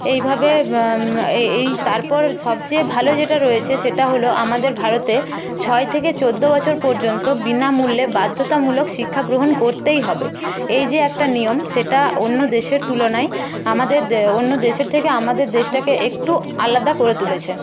এইভাবে এই এই তারপর সবচেয়ে ভালো যেটা রয়েছে সেটা হলো আমাদের ভারতে ছয় থেকে চোদ্দ বছর পর্যন্ত বিনামূল্যে বাদ্ধতামূলক শিক্ষাগ্রহণ করতেই হবে এই যে একটা নিয়ম সেটা অন্য দেশের তুলনায় আমাদের অন্য দেশের থেকে আমাদের দেশটাকে একটু আলাদা করে তুলেছে